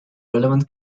relevant